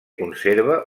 conserva